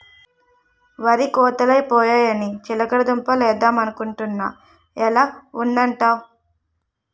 వరి కోతలై పోయాయని చిలకడ దుంప లేద్దమనుకొంటున్నా ఎలా ఉంటదంటావ్?